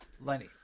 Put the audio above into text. Lenny